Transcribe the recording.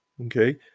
Okay